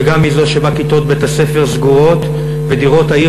וגם מזו שבה כיתות בית-הספר סגורות ודירות העיר